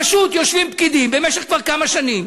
פשוט יושבים פקידים במשך כמה שנים,